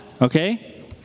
Okay